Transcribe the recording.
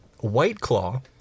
Whiteclaw